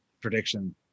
prediction